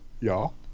Y'all